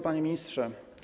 Panie Ministrze!